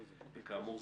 כאמור,